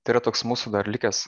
tai yra toks mūsų dar likęs